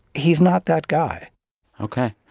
he's not that guy ok.